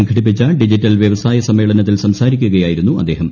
സംഘടിപ്പിച്ച ഡിജിറ്റൽ വൃവസായ സമ്മേളനത്തിൽ സംസാരിക്കുകയായിരുന്നു അദ്ദേഹം